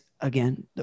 again